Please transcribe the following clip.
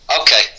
Okay